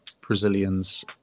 Brazilians